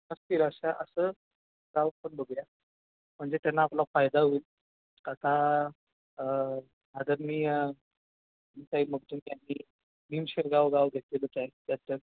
नसतील अशा असं गाव आपण बघूया म्हणजे त्यांना आपला फायदा होईल आता आदरणीय मगदूम यांनी निम शिरगाव गाव घेतलेलंच आहे त्यात त्या